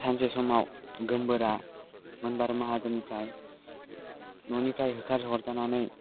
सानसे समाव गोमबोरा मोनबारु माहाजोननिफ्राय न'निफ्राय होखार हरजानानै